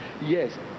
Yes